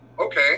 okay